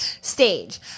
stage